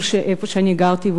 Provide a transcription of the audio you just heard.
שם גרתי,